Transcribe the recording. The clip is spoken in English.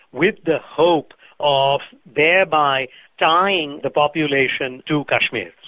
with the hope of thereby tying the population to kashmir.